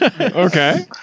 Okay